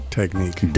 technique